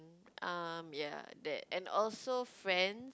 um ya that and also friends